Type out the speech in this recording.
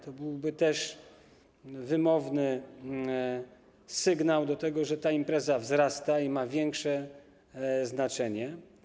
To byłby też wymowny sygnał do tego, że ta impreza wzrasta i ma większe znaczenie.